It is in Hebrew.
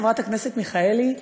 חברת הכנסת מיכאלי,